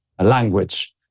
language